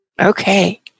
Okay